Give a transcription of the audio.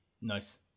Nice